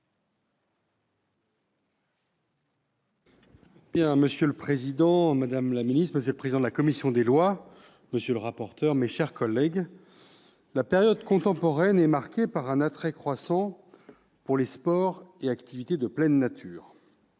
Monsieur le président, madame la secrétaire d'État, monsieur le président de la commission des lois, monsieur le rapporteur, mes chers collègues, la période contemporaine est marquée par un attrait croissant pour les sports et activités de pleine nature.